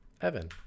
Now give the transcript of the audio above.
evan